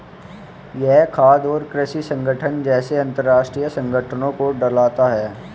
यह खाद्य और कृषि संगठन जैसे अंतरराष्ट्रीय संगठनों को डालता है